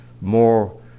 more